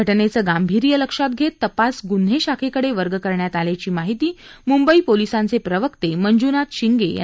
घटनेचे गांभीर्य लक्षात घेत तपास गुन्हे शाखेकडे वर्ग करण्यात आल्याची माहिती मुंबई पोलिसांचे प्रवक्ते मंजूनाथ शिंगे यांनी दिली